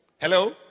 Hello